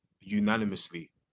unanimously